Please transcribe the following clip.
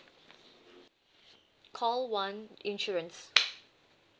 call one insurance